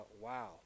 Wow